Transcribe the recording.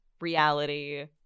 reality